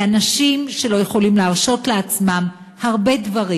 מאנשים שלא יכולים להרשות לעצמם הרבה דברים,